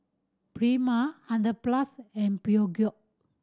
Prima Hundred Plus and Peugeot